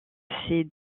ces